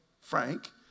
frank